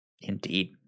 Indeed